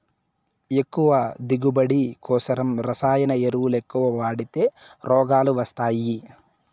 ఎక్కువ దిగువబడి కోసం రసాయన ఎరువులెక్కవ వాడితే రోగాలు వస్తయ్యి